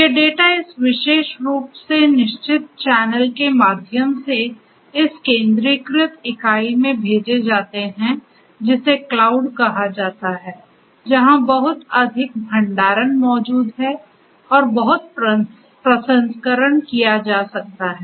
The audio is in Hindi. ये डेटा इस विशेष रूप से निश्चित चैनल के माध्यम से इस केंद्रीकृत इकाई में भेजे जाते हैं जिसे क्लाउड कहा जाता है जहाँ बहुत अधिक भंडारण मौजूद है और बहुत प्रसंस्करण किया जा सकता है